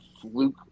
fluke